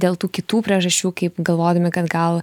dėl tų kitų priežasčių kaip galvodami kad gal